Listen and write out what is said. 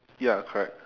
ya correct